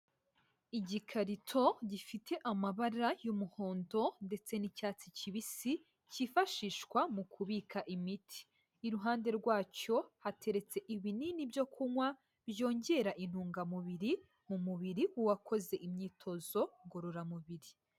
Igikarito gifite amabara y'umuhondo ndetse n'icyatsi kibisi, kifashishwa mu kubika imiti, iruhande rwacyo hateretse ibinini byo kunywa byongera intungamubiri mu mubiriu w'uwakoze imyitozo ngororamubiri.